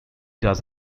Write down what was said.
does